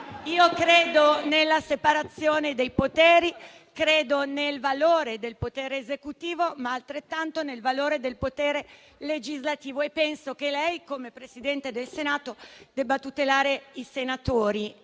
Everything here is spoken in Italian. credo nella separazione dei poteri, credo nel valore del potere esecutivo, ma altrettanto nel valore del potere legislativo. E penso che lei, come Presidente del Senato, debba tutelare i senatori